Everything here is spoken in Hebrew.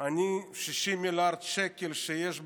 ש-60 מיליארד שקל שיש בקופה,